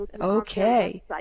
Okay